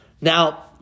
Now